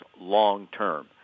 long-term